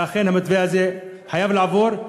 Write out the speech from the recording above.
ואכן המתווה הזה חייב לעבור.